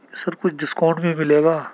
سر کچھ ڈسکاؤنٹ بھی ملے گا